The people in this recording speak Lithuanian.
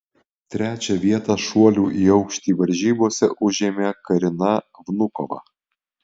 trečią vietą šuolių į aukštį varžybose užėmė karina vnukova